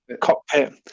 cockpit